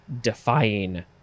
defying